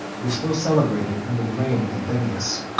was still celebrated under the reign of anthemius.